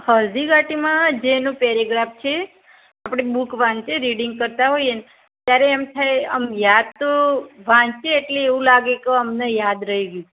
હલ્દીઘાટીમાં જેનું પેરેગ્રાફ છે આપણે બૂક વાંચીએ રીડિંગ કરતા હોઈએ ને ત્યારે એમ થાય આમ યાદ તો વાંચીએ એટલે એવું લાગે કે અમને યાદ રહી ગયું